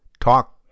talk